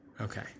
okay